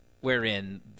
wherein